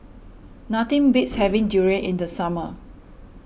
nothing beats having durian in the summer